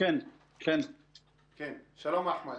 שלום, אחמד.